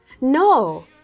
No